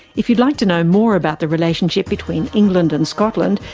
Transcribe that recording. if you'd like to know more about the relationship between england and scotland,